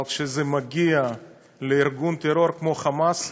אבל כשזה מגיע לארגון טרור כמו "חמאס",